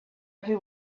every